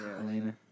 Elena